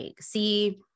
see